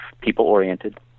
people-oriented